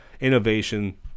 Innovation